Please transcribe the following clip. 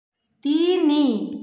ତିନି